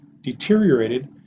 deteriorated